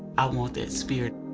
i want that spirit,